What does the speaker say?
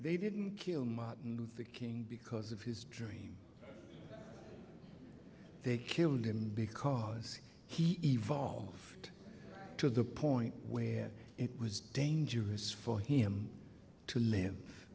they didn't kill martin luther king because of his dream they killed him because he evolve to the point where it was dangerous for him to live